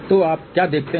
तो आप क्या देखते हैं